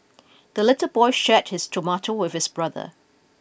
the little boy shared his tomato with his brother